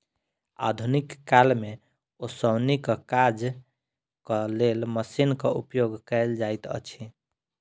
आधुनिक काल मे ओसौनीक काजक लेल मशीनक उपयोग कयल जाइत अछि